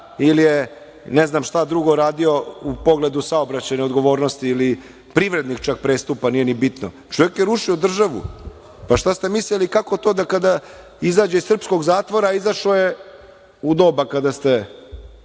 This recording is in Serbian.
ili je ne znam šta drugo radio u pogledu saobraćajne odgovornosti ili privrednih čak prestupa, nije ni bitno. Čovek je rušio državu. Šta ste mislili kako to da kada izađe iz srpskog zatvora? Izašao je u doba kada ste